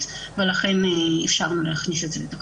ולכן אפשרנו להכניס את זה לתקנות.